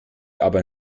aber